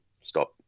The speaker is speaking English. stop